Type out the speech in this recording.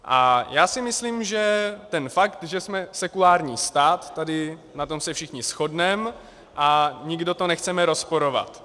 A já si myslím, že ten fakt, že jsme sekulární stát, tady na tom se všichni shodneme a nikdo to nechceme rozporovat.